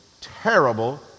terrible